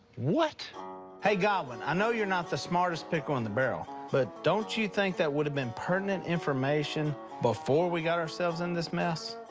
what? willie hey, godwin. i know you're not the smartest pickle in the barrel, but don't you think that woulda been pertinent information before we got ourselves in this mess?